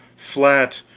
flat,